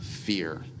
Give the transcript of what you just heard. fear